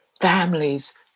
families